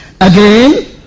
again